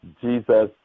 Jesus